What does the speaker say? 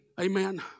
Amen